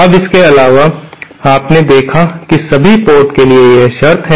अब इसके अलावा आपने देखा कि सभी पोर्ट के लिए यह शर्त है